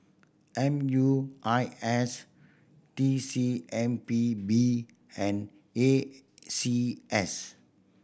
M U I S T C M P B and A C S